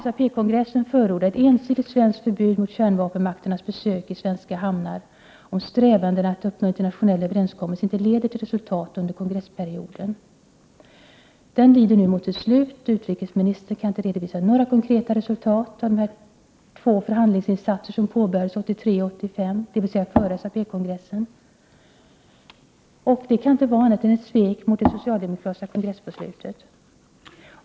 Partikongressen förordade ett ensidigt svenskt förbud mot kärnvapenmakternas besök i svenska hamnar, om strävandena att uppnå internationella överenskommelser inte leder till resultat under kongressperioden. Den lider nu mot sitt slut, och utrikesministern kan inte redovisa några konkreta resultat av de två förhandlingsinsatser som påbörjats 1983 och 1985, dvs. före SAP-kongressen. Det kan inte vara annat än ett svek mot det socialdemokratiska kongressbeslutet.